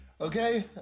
Okay